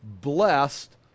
blessed